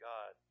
God